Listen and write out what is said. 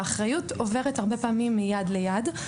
האחריות עוברת הרבה פעמים מיד ליד.